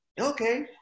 okay